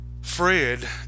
fred